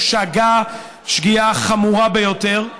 הוא שגה שגיאה חמורה ביותר.